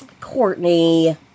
Courtney